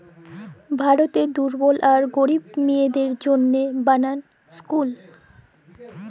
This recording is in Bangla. ভারতেরলে দুর্বল আর গরিব মাইয়াদের জ্যনহে বালাল ইসকুল